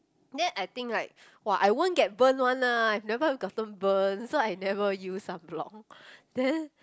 then I think like !wah! I won't get burned one lah I've never gotten burned so I never use sunblock then